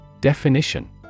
Definition